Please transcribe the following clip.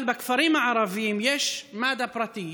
אבל בכפרים הערבים יש מד"א פרטי,